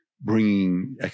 bringing